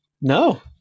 No